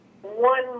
One